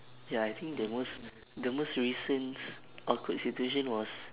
ya I think the most the most recent awkward situation was